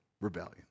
rebellion